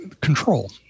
control